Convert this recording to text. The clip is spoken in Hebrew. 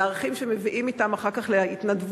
על הערכים שהם מביאים אתם אחר כך להתנדבויות